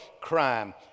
crime